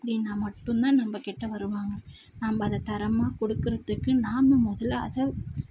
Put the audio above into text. அப்படின்னா மட்டும்தான் நம்ம கிட்டே வருவாங்க நம்ம அதை தரமாக கொடுக்கறத்துக்கு நாம் முதல்ல அதை